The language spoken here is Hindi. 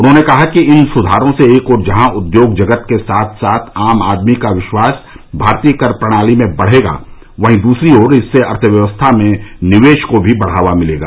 उन्होंने कहा कि इन सुधारों से जहां एक ओर उद्योग जगत के साथ साथ आम आदमी का विश्वास भारतीय कर प्रणाली में बढ़ेगा वहीं दूसरी ओर इससे अर्थव्यवस्था में निवेश को भी बढ़ावा मिलेगा